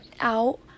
out